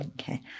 Okay